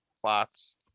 plots